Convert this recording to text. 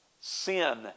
sin